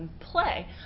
play